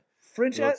French